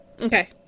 Okay